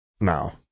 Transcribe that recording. Now